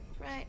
right